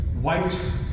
white